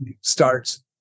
starts